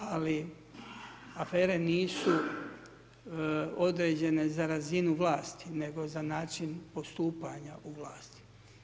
Ali, afere nisu određene za razinu vlasti, nego za način postupanja u vlasti.